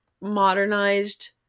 modernized